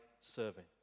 serving